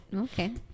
okay